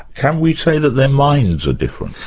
can we say that their minds are different?